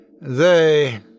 They